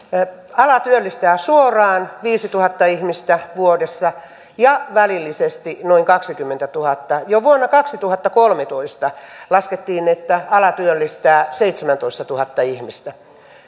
ala työllistää suoraan viisituhatta ihmistä vuodessa ja välillisesti noin kaksikymmentätuhatta jo vuonna kaksituhattakolmetoista laskettiin että ala työllistää seitsemäntoistatuhatta ihmistä niin